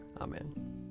Amen